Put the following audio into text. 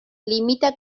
limita